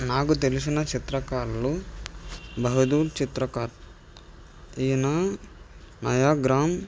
నాకు తెలిసిన చిత్రకారులు బహదూర్ చిత్రకార ఈయన నయాగ్రామ్